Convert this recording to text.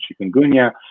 chikungunya